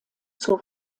zur